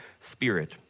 Spirit